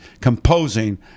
composing